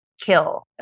kill